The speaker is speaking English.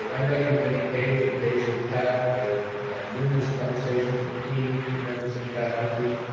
i know you've been engaged, your days are packed with numerous conversations with deans, with members of faculty.